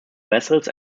vessels